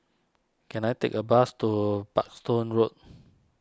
can I take a bus to Parkstone Road